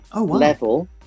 level